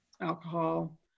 alcohol